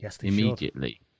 immediately